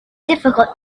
difficult